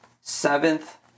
seventh